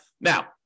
Now